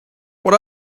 what